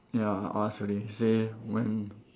ya I asked already he say when